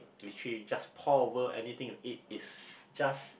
literally just pour over anything you eat it's just